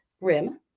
rim